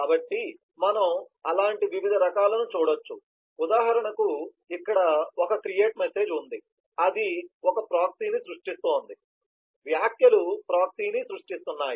కాబట్టి మనము అలాంటి వివిధ రకాలను చూడవచ్చు ఉదాహరణకు ఇక్కడ ఒక క్రియేట్ మెసేజ్ ఉంది అది ఒక ప్రాక్సీని సృష్టిస్తోంది వ్యాఖ్యలు ప్రాక్సీని సృష్టిస్తున్నాయి